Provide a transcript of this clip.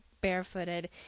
barefooted